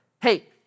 Hey